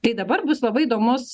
tai dabar bus labai įdomus